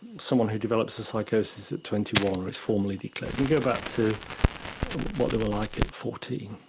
someone who develops psychosis at twenty one, or it's formally declared, and you go back to what they were like at fourteen,